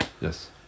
Yes